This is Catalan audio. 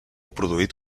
produït